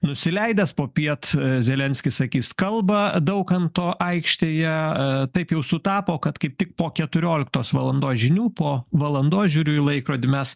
nusileidęs popiet zelenskis sakys kalbą daukanto aikštėje taip jau sutapo kad kaip tik po keturioliktos valandos žinių po valandos žiūriu į laikrodį mes